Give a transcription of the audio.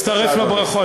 מצטרף לברכות.